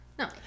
No